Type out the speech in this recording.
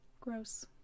Gross